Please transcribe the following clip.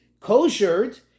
koshered